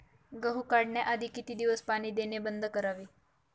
गहू काढण्याआधी किती दिवस पाणी देणे बंद करावे?